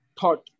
Thought